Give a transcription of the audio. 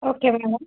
okay madam